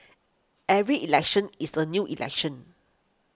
every election is a new election